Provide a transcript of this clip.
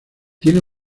tiene